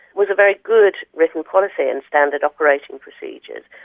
was a very good written quality and standard operating procedures,